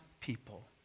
people